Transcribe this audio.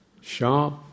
sharp